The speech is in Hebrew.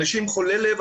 אנשים חולי לב,